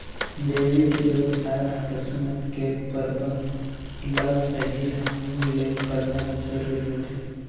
dairy के बेवसाय म पसु मन के परबंध ल सही ढंग ले करना जरूरी होथे